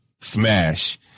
Smash